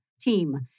team